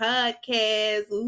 Podcast